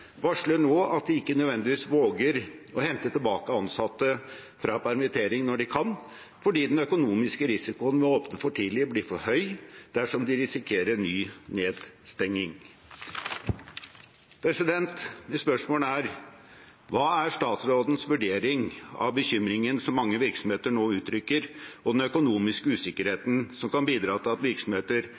varsler nå at de ikke nødvendigvis våger å hente tilbake ansatte fra permittering når de kan, fordi den økonomiske risikoen ved å åpne for tidlig blir for høy dersom de risikerer ny nedstenging. Spørsmålet er: Hva er statsrådens vurdering av bekymringen som mange virksomheter nå uttrykker, og den økonomiske usikkerheten som kan bidra til at virksomheter